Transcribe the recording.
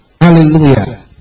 Hallelujah